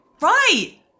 Right